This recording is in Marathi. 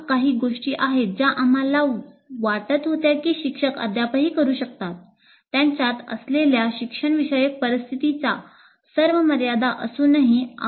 या काही गोष्टी आहेत ज्या आम्हाला वाटत होत्या की शिक्षक अद्यापही करू शकतात त्यांच्यात असलेल्या शिक्षणविषयक परिस्थितीच्या सर्व मर्यादा असूनही